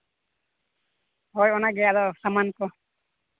ᱦᱳᱭ ᱚᱱᱟᱜᱮ ᱟᱫᱚ ᱥᱟᱢᱟᱱ ᱠᱚ